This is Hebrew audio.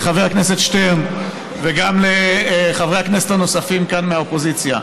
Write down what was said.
וגם לחברי הכנסת הנוספים כאן מהאופוזיציה: